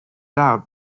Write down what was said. out